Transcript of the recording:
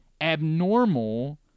abnormal